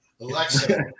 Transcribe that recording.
Alexa